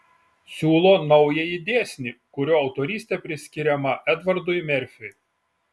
siūlo naująjį dėsnį kurio autorystė priskiriama edvardui merfiui